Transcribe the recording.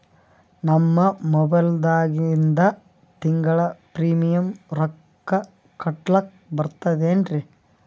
ನಮ್ಮ ಮೊಬೈಲದಾಗಿಂದ ತಿಂಗಳ ಪ್ರೀಮಿಯಂ ರೊಕ್ಕ ಕಟ್ಲಕ್ಕ ಬರ್ತದೇನ್ರಿ?